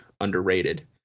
underrated